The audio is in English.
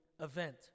event